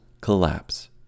collapse